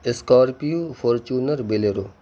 scorpio Fortuner bolero